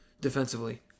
defensively